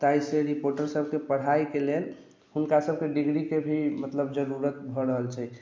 ताहिसँ रिपोर्टरसभके पढ़ाइके लेल हुनकासभके डिग्रीके भी मतलब जरूरत भऽ रहल छै